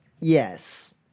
yes